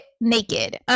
naked